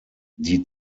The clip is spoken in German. die